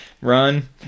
run